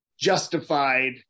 justified